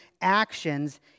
actions